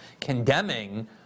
condemning